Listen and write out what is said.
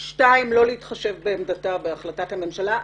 2. לא להתחשב בעמדתה בהחלטת הממשלה.